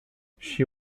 she